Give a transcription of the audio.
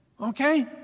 okay